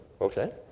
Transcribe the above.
okay